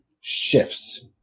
shifts